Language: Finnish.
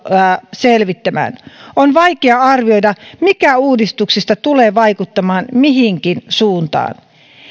selvittämään on vaikea arvioida mikä uudistuksista tulee vaikuttamaan mihinkin suuntaan